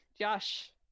Josh